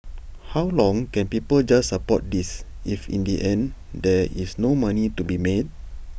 how long can people just support this if in the end there is no money to be made